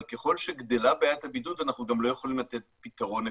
אבל ככל שגדלה בעיית הבידוד אנחנו גם לא יכולים לתת פתרון נקודתי.